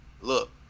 Look